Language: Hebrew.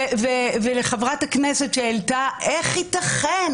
ולחברת הכנסת שהעלתה את השאלה איך ייתכן